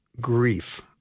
grief